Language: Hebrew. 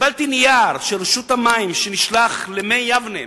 קיבלתי נייר של רשות המים שנשלח ל"מי יבנה",